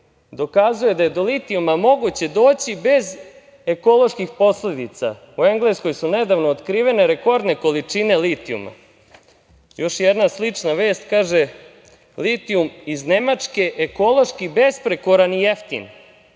dokazuje da je do litijuma moguće doći bez ekoloških posledica. U Engleskoj su nedavno otkrivene rekordne količine litijuma". Još jedna slična vest, gde se kaže: "Litijum iz Nemačke ekološki besprekoran i jeftin.